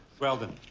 weldon.